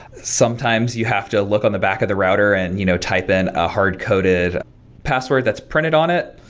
sometimes, you have to look on the back of the router and you know type in a hard-coded password that's printed on it,